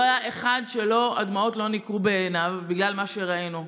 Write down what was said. לא היה אחד שהדמעות לא ניכרו בעיניו בגלל מה שראינו.